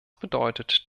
bedeutet